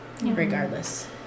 Regardless